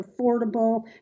affordable